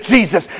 Jesus